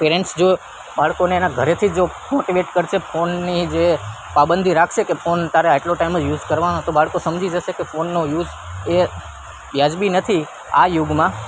parents જો બાળકોને એના ઘરેથી જો મોટિવેટ કરશે ફોનની જે પાબંદી રાખશે કે ફોન તારે આટલો ટાઈમ જ યુસ કરવાનો તો બાળકો સમજી જશે કે ફોનનો યુસ એ વ્યાજબી નથી આ યુગમાં